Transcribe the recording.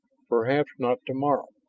perhaps not tomorrow.